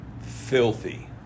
filthy